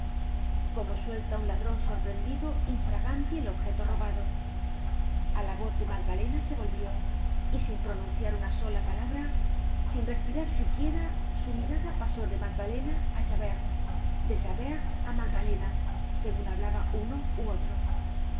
como suelta un ladron sorprendido infraganti el objeto robado a la voz de magdalena se volvió y sin pronunciar una palabra sin respirar siquiera su mirada pasó de magdalena á javert de javert á magdalena segun hablaba uno ú otro